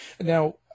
Now